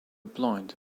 blind